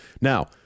Now